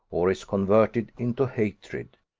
or is converted into hatred.